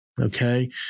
okay